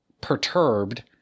perturbed